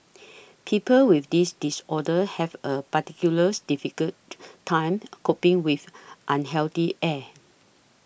people with these disorders have a particulars difficult time coping with unhealthy air